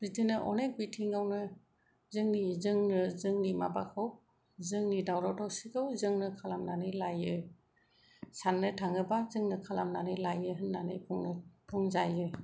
बिदिनो अनेख बिथिंआवनो जोंनि जोङो जोंनि माबाखौ जोंनि दावराव दावसिखौ जोंनो खालामनानै लायो साननो थाङोब्ला जोंनो खालामनानै लायो होननानै बुंजायो